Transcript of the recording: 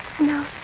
No